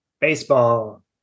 baseball